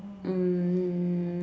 um